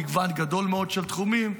במגוון גדול מאוד של תחומים.